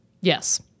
Yes